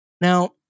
Now